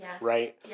right